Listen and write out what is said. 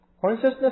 consciousness